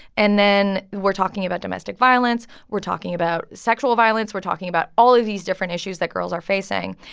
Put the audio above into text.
and then we're talking about domestic violence. we're talking about sexual violence. we're talking about all of these different issues that girls are facing.